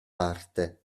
parte